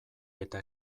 eta